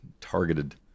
targeted